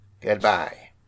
Goodbye